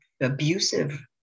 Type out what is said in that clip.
abusive